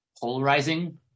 polarizing